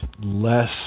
less